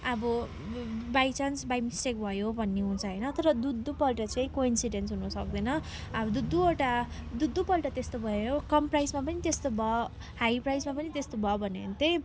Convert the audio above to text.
अब by chance by mistake भयो भन्ने हुन्छ होइन तर दुई दुईपल्ट चाहिँ कोइन्सिडेन्स हुन सक्दैन अब दुई दुईवटा दुई दुईपल्ट त्यस्तो भयो कम प्राइसमा पनि त्यस्तो भयो हाई प्राइजमा पनि त्यस्तो भयो भनेदेखिन् चाहिँ